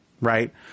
right